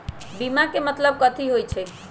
बीमा के मतलब कथी होई छई?